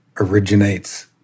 originates